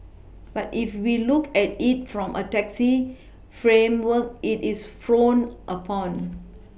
but if we look at it from a taxi framework it is frowned upon